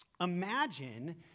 Imagine